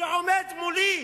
ועומד מולי,